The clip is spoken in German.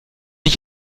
ich